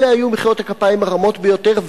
אלה היו מחיאות הכפיים הרמות ביותר.